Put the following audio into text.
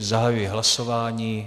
Zahajuji hlasování.